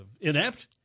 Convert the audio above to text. inept